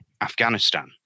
afghanistan